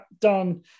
done